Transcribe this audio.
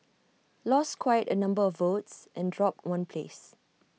lost quite A number of votes and dropped one place